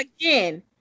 again